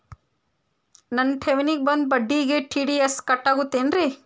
ನನ್ನ ಠೇವಣಿಗೆ ಬಂದ ಬಡ್ಡಿಗೆ ಟಿ.ಡಿ.ಎಸ್ ಕಟ್ಟಾಗುತ್ತೇನ್ರೇ?